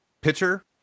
pitcher